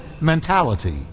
mentality